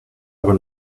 aber